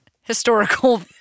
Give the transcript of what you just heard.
historical